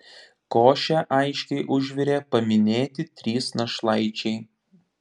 košę aiškiai užvirė paminėti trys našlaičiai